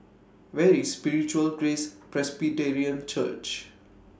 Where IS Spiritual Grace Presbyterian Church